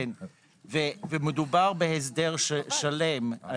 מדובר בהסדר שלם.